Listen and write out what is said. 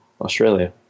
Australia